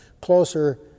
closer